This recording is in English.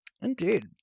Indeed